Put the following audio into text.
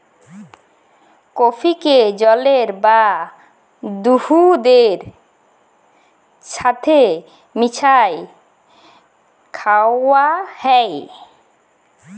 কফিকে জলের বা দুহুদের ছাথে মিশাঁয় খাউয়া হ্যয়